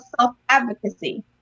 self-advocacy